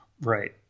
Right